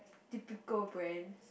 typical brands